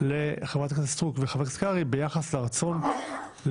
לחברת הכנסת סטרוק וחבר הכנסת קרעי ביחס לרצון להביע,